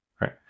right